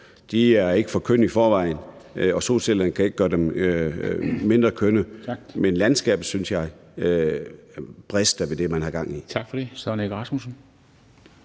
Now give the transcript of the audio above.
De er ikke for kønne i forvejen, og solcellerne kan ikke gøre dem mindre kønne, men landskabet synes jeg får en brist ved det, man har gang i.